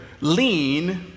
lean